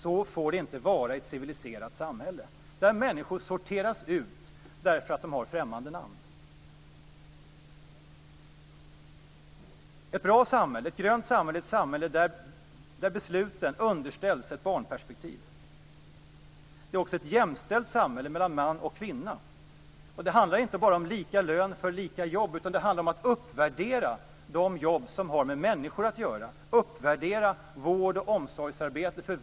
Det får inte vara så i ett civiliserat samhälle, att människor sorteras ut därför att de har främmande namn. Ett bra samhälle, ett grönt samhälle, är ett samhälle där besluten underställs ett barnperspektiv. Det är också ett samhälle där män och kvinnor är jämställda. Det handlar inte bara om lika lön för lika jobb, utan det handlar om att uppvärdera de jobb som har med människor att göra, att uppvärdera vård och omsorgsarbete.